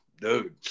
Dude